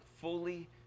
fully